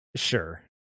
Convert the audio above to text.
Sure